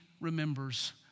remembers